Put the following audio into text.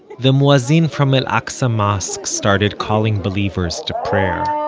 the muazzin from el-aqsa mosque started calling believers to prayer.